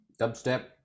Dubstep